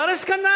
זה הרי סקנדל.